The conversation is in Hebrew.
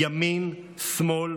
ימין ושמאל,